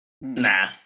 Nah